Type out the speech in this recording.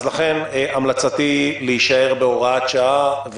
לכן המלצתי היא להישאר בהוראת שעה,